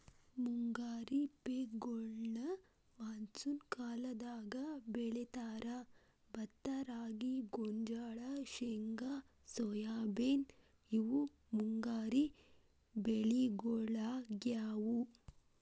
ಮುಂಗಾರಿ ಪೇಕಗೋಳ್ನ ಮಾನ್ಸೂನ್ ಕಾಲದಾಗ ಬೆಳೇತಾರ, ಭತ್ತ ರಾಗಿ, ಗೋಂಜಾಳ, ಶೇಂಗಾ ಸೋಯಾಬೇನ್ ಇವು ಮುಂಗಾರಿ ಬೆಳಿಗೊಳಾಗ್ಯಾವು